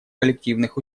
коллективных